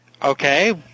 Okay